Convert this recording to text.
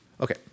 Okay